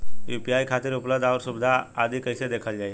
UPI खातिर उपलब्ध आउर सुविधा आदि कइसे देखल जाइ?